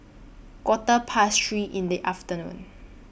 Quarter Past three in The afternoon